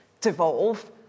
devolve